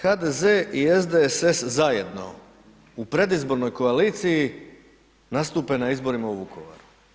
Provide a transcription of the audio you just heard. HDZ i SDSS zajedno u predizbornoj koaliciji nastupe na izborima u Vukovaru.